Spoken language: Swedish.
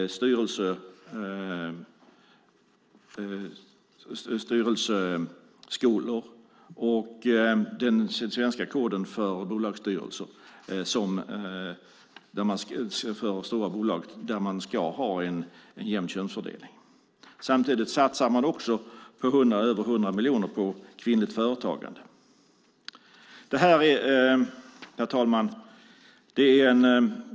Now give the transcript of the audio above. Det handlar om styrelseskolor och om den svenska koden för bolagsstyrelser i stora bolag, där man ska ha en jämn könsfördelning. Samtidigt satsar man också över 100 miljoner på kvinnligt företagande. Herr talman!